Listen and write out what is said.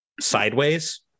sideways